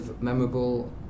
memorable